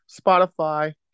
Spotify